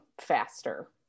faster